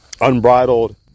unbridled